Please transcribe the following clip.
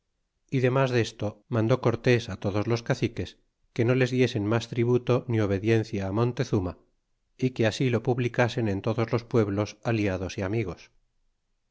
y demas desto mandó cortés á todos los caciques que no les diesen mas tributo ni obediencia montezuma é que así lo publicasen en todos los pueblos aliados y amigos